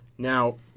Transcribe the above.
Now